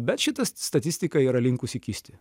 bet šita statistika yra linkusi kisti